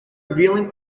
revealing